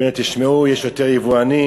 אומרים להם: תשמעו, יש יותר יבואנים,